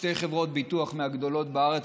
שתי חברות ביטוח מהגדולות בארץ,